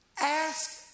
Ask